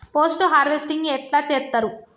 Post harvesting ఎట్ల చేత్తరు?